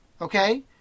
Okay